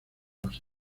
los